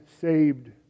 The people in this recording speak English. saved